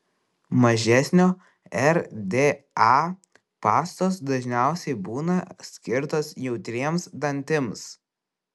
mažesnio rda pastos dažniausiai būna skirtos jautriems dantims